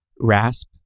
rasp